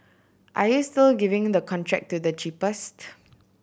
are you still giving the contract to the cheapest